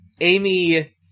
Amy